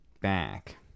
back